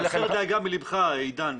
הסר דאגה מלבך, עידן.